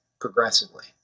Progressively